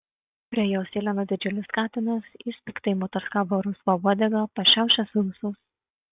prie jos sėlino didžiulis katinas jis piktai mataškavo rusva uodega pašiaušęs ūsus